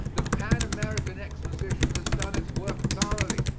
the pan-american exposition has done its work thoroughly,